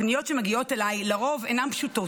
הפניות שמגיעות אליי לרוב אינן פשוטות,